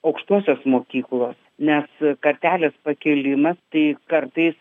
aukštosios mokyklos nes kartelės pakėlimas tai kartais